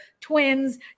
twins